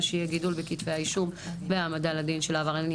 שיהיה גידול בכתבי האישום והעמדה לדין של העבריינים.